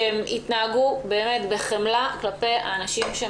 אני מתכבדת לפתוח את דיון הוועדה בנושא יישום החלטות